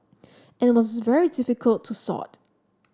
and it is very difficult to sort